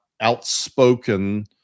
outspoken